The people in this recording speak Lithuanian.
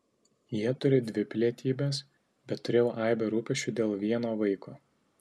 jie turi dvi pilietybes bet turėjau aibę rūpesčių dėl vieno vaiko